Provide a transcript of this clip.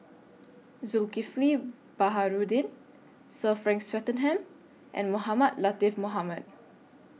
Zulkifli Baharudin Sir Frank Swettenham and Mohamed Latiff Mohamed